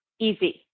easy